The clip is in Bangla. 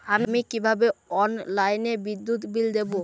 আমি কিভাবে অনলাইনে বিদ্যুৎ বিল দেবো?